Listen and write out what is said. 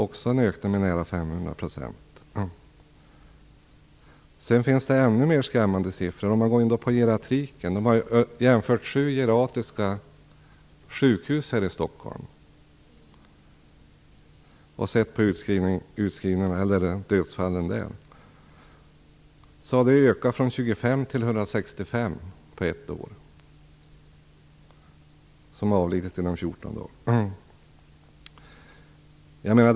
Det är en ökning med nära 500 %. Det finns ännu mer skrämmande siffror när det gäller geriatriken. Man har jämfört antalet dödsfall vid sju geriatriska sjukhus här i Stockholm, som har ökat från 25 till 165 på ett år. Samtliga har avlidit inom 14 dagar.